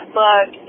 book